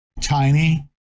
tiny